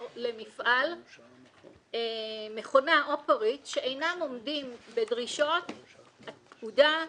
למפעל מכונה או פריט שאינם עומדים בדרישות הפקודה,